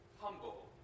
humble